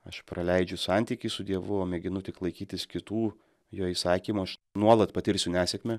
aš praleidžiu santykį su dievu o mėginu tik laikytis kitų jo įsakymų aš nuolat patirsiu nesėkmę